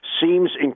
seems